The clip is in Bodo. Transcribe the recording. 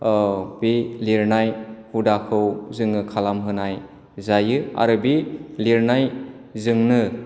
बे लिरनाय हुदाखौ जोङो खालामहोनाय जायो आरो बे लिरनायजोंनो